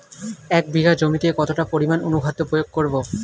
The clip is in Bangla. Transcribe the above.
এক বিঘা জমিতে কতটা পরিমাণ অনুখাদ্য প্রয়োগ করব?